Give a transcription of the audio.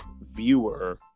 Viewer